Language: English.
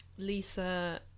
Lisa